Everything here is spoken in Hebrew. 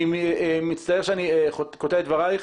אני מצטער שאני קוטע את דבריך.